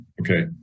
Okay